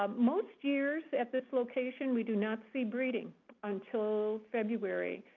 um most years, at this location, we do not see breeding until february.